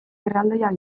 erraldoiak